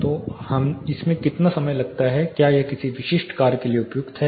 तो इसमें कितना समय लगता है क्या यह किसी विशिष्ट कार्य के लिए उपयुक्त है